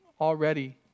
already